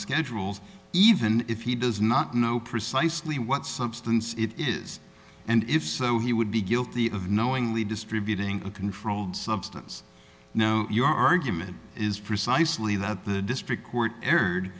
schedule even if he does not know precisely what substance it is and if so he would be guilty of knowingly distributing a controlled substance now your argument is precisely that the district court erred